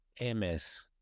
MS